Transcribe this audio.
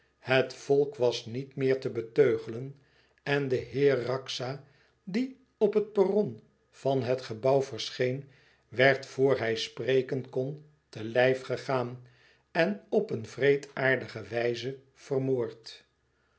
het volk was niet meer te beteugelen en de heer raxa die op het perron van het gebouw verscheen werd vor hij spreken kon te lijf gegaan en op een wreedaardige wijze vermoord